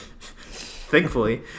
Thankfully